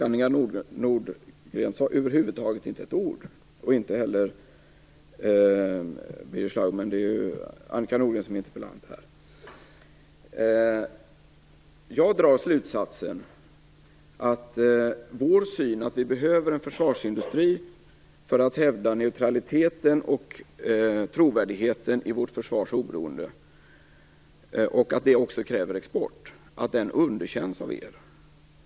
Annika Nordgren sade över huvud taget inte ett ord, inte heller Birger Schlaug, men det är Annika Nordgren som är interpellanten. Jag drar slutsatsen att vår syn, att vi behöver en försvarsindustri för att hävda neutraliteten och trovärdigheten i vårt försvars oberoende och att det kräver export, underkänns av er.